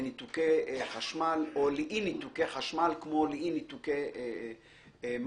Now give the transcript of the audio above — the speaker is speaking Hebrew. לניתוקי חשמל או לאי ניתוקי חשמל כמו לאי ניתוקי מים.